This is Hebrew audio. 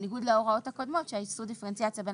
זה בניגוד להוראות הקודמות שעשו דיפרנציאציה בין